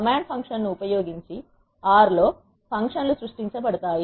command function ను ఉపయోగించి R R లో ఫంక్షన్ లు సృష్టించబడతాయి